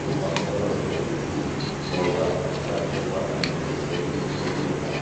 ówó wàá mu ɔ̀lɛ ìfefe súù ígbɔ bu ɖàá banìi bù wàá tini bèe fè èkɔ̀ jí úni èkɔ̀jì lɔ káà.